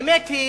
האמת היא